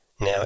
now